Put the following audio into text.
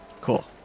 cool